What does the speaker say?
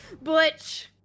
Butch